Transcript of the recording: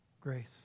grace